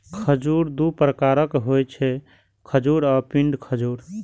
खजूर दू प्रकारक होइ छै, खजूर आ पिंड खजूर